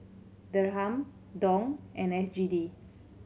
Dirham Dong and S G D